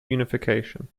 unification